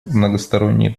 многосторонние